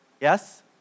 Yes